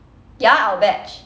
ya our batch